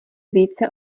více